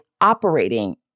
operating